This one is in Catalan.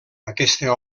aquesta